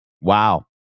Wow